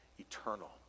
eternal